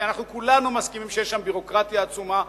ואנחנו כולנו מסכימים שיש שם ביורוקרטיה עצומה,